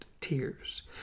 tears